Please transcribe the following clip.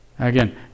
Again